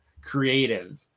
creative